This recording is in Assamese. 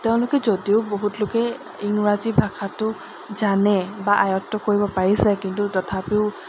তেওঁলোকে যদিও বহুত লোকে ইংৰাজী ভাষাটো জানে বা আয়ত্ব কৰিব পাৰিছে কিন্তু তথাপিও